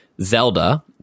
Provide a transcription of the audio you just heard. zelda